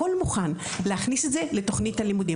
לתכנית הלימודים.